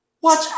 Watch